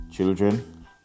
children